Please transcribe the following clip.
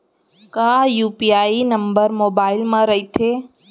का UPI number mobile म रहिथे?